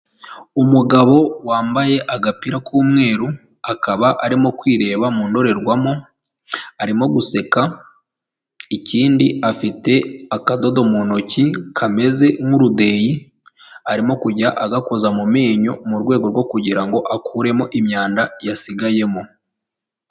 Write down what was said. Umugabo wambaye agapira k'umweru, akaba arimo kwireba mu ndorerwamo, arimo guseka, ikindi afite akadodo mu ntoki kameze nk'urudeyi, arimo kujya agakoza mu menyo mu rwego rwo kugira ngo akuremo imyanda yasigayemo.